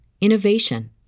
innovation